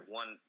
one